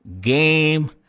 game